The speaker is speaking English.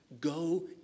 Go